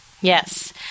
Yes